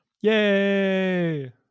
Yay